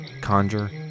Conjure